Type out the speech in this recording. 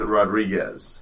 Rodriguez